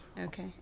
Okay